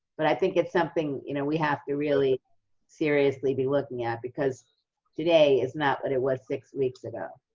but i think it's something you know we have to really seriously be looking at, because today is not what it was six weeks ago.